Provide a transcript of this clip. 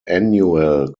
annual